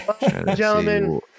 Gentlemen